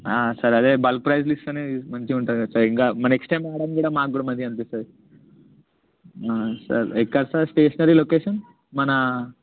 సరే అదే బల్క్ ప్రైజులిస్తేనే మంచిగుంటుంది కదా సార్ ఇంకా నెక్స్ట్ టైం రావడానికి కూడా మాక్కూడా మంచిగనిపిస్తుంది సార్ ఎక్కడ సార్ స్టేషనరీ లొకేషన్ మన